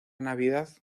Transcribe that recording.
navidad